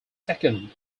second